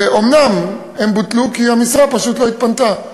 והם בוטלו כי המשרה פשוט לא התפנתה,